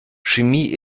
chemie